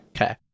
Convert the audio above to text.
Okay